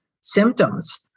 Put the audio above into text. symptoms